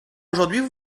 aujourd’hui